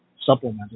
supplement